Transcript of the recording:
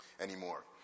anymore